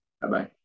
Bye-bye